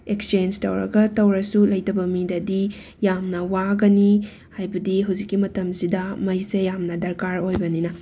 exchange ꯇꯧꯔꯒ ꯇꯧꯔꯁꯨ ꯂꯩꯇꯕ ꯃꯤꯗꯗꯤ ꯌꯥꯝꯅ ꯋꯥꯒꯅꯤ ꯍꯥꯏꯕꯗꯤ ꯍꯧꯖꯤꯛꯀꯤ ꯃꯇꯝꯁꯤꯗ ꯃꯩꯁꯦ ꯌꯥꯝꯅ ꯗꯔꯀꯥꯔ ꯑꯣꯏꯕꯅꯤꯅ